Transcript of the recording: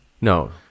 No